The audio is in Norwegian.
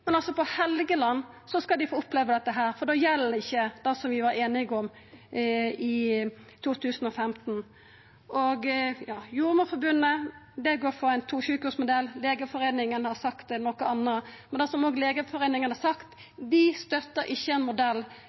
Men på Helgeland skal dei altså få oppleva dette, for da gjeld ikkje det som vi var einige om i 2015. Jordmorforbundet går for ein tosjukehusmodell. Legeforeningen har sagt noko anna, men det som Legeforeningen òg har sagt, er at dei ikkje støttar ein modell